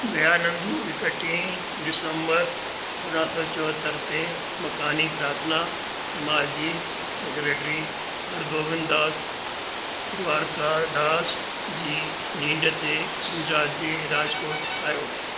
दयानंद एकटीह डिसेम्बर अरिड़हं सौ चोहतरि ते मक़ानी प्रार्थना समाज जे सेक्रेट्री हरगोविंद दास द्वारकादास जी नींॾ ते गुजरात जे राजकोट आयो